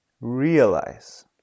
realize